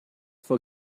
vor